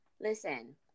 Listen